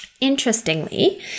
interestingly